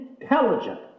intelligent